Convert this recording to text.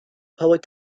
public